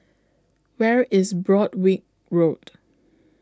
Where IS Broadrick Road